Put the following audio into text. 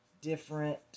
different